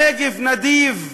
הנגב נדיב,